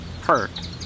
hurt